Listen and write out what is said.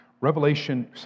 Revelation